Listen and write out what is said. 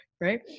right